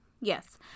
Yes